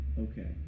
Okay